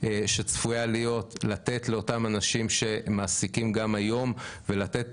שצפויה לתת לאותם אנשים שמעסיקים גם היום ולתת